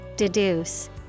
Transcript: Deduce